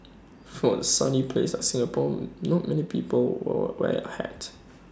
for A sunny place like Singapore not many people were wear A hat